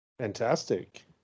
Fantastic